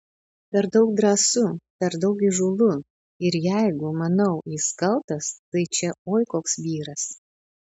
per daug drąsu per daug įžūlu ir jeigu manau jis kaltas tai čia oi koks vyras